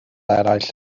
eraill